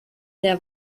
der